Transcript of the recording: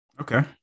Okay